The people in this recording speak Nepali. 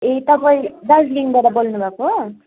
ए तपाईँ दार्जिलिङबाट बोल्नु भएको हो